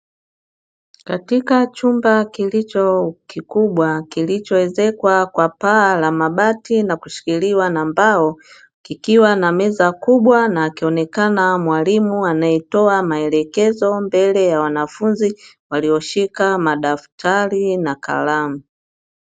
Katika chumba kilicho kikubwa kilichoezekwa kwa paa la mabati na kushikiliwa na mbao, kikiwa na meza kubwa na akionekana mwalimu anayetoa maelekezo mbele ya wanafunzi walioshika madaftari na kalamu.